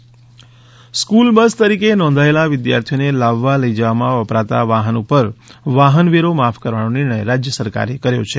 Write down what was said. school બસનો ટેકસમાફ school bus તરીકે નોંધાયેલા વિદ્યાર્થીઓને લાવવા લઈ જવામાં વપરાતા વાહન ઉપર વાહન વેરો માફ કરવાનો નિર્ણય રાજ્ય સરકારે કર્યો છે